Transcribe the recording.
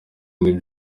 ibindi